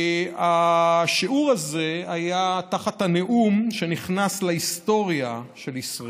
השיעור הזה היה תחת הנאום שנכנס להיסטוריה של ישראל,